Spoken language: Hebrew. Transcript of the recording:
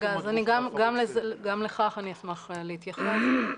גם לכך אני אשמח להתייחס.